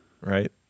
right